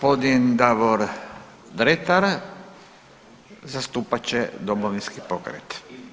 Gospodin Davor Dretar zastupat će Domovinski pokret.